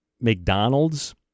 McDonald's